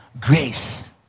grace